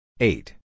Eight